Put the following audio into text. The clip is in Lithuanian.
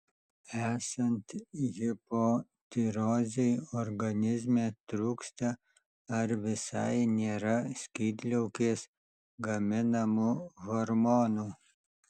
esant hipotirozei organizme trūksta ar visai nėra skydliaukės gaminamų hormonų